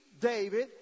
David